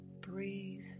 Breathe